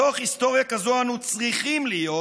מתוך היסטוריה כזאת אנחנו צריכים להיות,